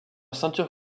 ceinture